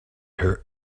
her